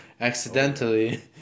accidentally